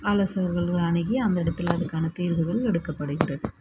ஆலோசகர்களை அணுகி அந்த இடத்துல அதுக்கானத் தீர்வுகள் எடுக்கப்படுகின்றது